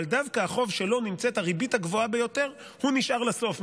אבל דווקא החוב שבו נמצאת הריבית הגבוהה ביותר נשאר לסוף,